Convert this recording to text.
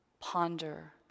Ponder